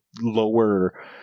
lower